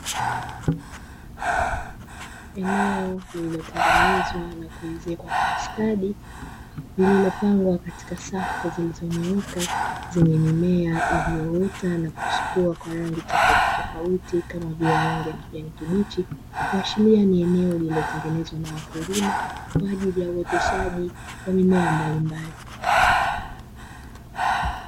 Eneo lililotengenezwa na kuezekwa kwa ustadi lililopangwa katika safu zilizonyooka, zenye mimea iliyoota na kuchipua kwa rangi tofautitofauti kama vile rangi ya kijani kibichi, kuashiria ni eneo liliotengenezwa na wakulima kwa ajili ya uoteshaji wa mimea mbalimbali.